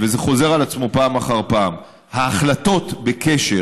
וזה חוזר על עצמו פעם אחר פעם: ההחלטות בקשר